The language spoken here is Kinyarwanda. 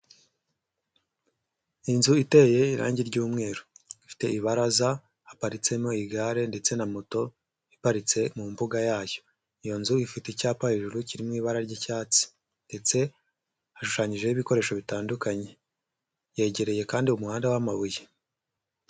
Inzu iteye irangi ry'umweru, ifite ibaraza haparitsemo igare ndetse na moto iparitse mu mbuga yayo. Iyo nzu ifite icyapa hejuru kiri mu ibara ry'icyatsi ndetse hashushanyijeho ibikoresho bitandukanye. Yegereye kandi umuhanda w'amabuye.